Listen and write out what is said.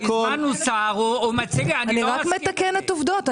אני מתקנת עובדות.